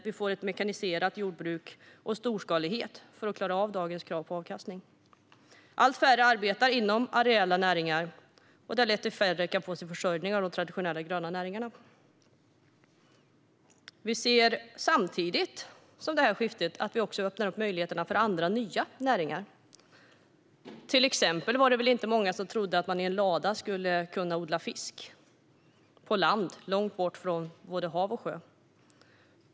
Vi får ett mekaniserat jordbruk och storskalighet för att klara av dagens krav på avkastning. Allt färre arbetar inom areella näringar. Det har lett till att färre kan få sin försörjning av de traditionella gröna näringarna. Samtidigt med skiftet öppnar vi också möjligheterna för andra nya näringar. Det var till exempel inte många som trodde att man i en lada skulle kunna odla fisk på land långt bort från både hav och sjö.